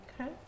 Okay